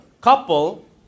couple